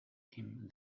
him